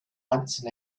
once